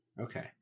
Okay